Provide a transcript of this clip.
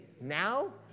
now